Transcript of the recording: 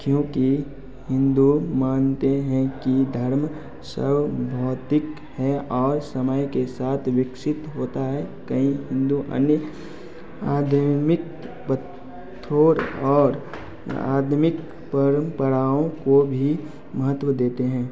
क्योंकि हिंदू मानते हैं कि धर्म सर्वभौतिक है और समय के साथ विकसित होता है कई हिंदू अन्य आध्यात्मिक पथोर और आधुनिक परंपराओं को भी महत्व देते हैं